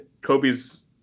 kobe's